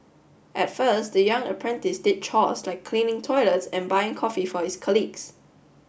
at first the young apprentice did chores like cleaning toilets and buying coffee for his colleagues